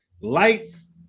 lights